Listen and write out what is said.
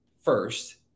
first